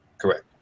Correct